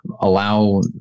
allow